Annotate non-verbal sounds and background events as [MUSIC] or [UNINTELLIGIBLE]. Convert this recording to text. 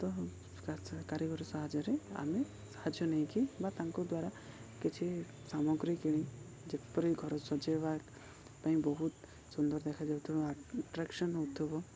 ତ [UNINTELLIGIBLE] କାରିଗର ସାହାଯ୍ୟରେ ଆମେ ସାହାଯ୍ୟ ନେଇକି ବା ତାଙ୍କ ଦ୍ୱାରା କିଛି ସାମଗ୍ରୀ କିଣି ଯେପରି ଘର ସଜେଇବା ପାଇଁ ବହୁତ ସୁନ୍ଦର ଦେଖାଯାଉଥିବା ଆଟ୍ରାକ୍ସନ୍ ହଉଥିବ